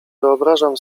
wyobrażam